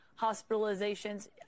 hospitalizations